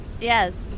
Yes